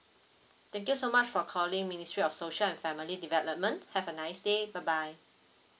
thank you so much for calling ministry of social and family development have a nice day bye bye